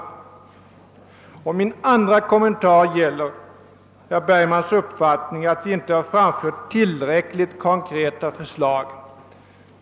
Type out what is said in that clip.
Min andra kommentar gäller herr Bergmans uppfattning att vi inte framfört tillräckligt konkreta förslag.